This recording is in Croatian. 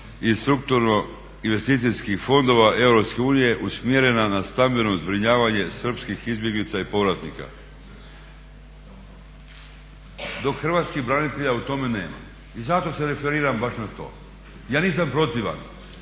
iz strukturnih investicijskih fondova EU usmjere na stambeno zbrinjavanje srpskih izbjeglica i povratnika, dok hrvatskih branitelja u tome nema. I zato se referiram baš na to. Ja nisam protivan